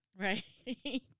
Right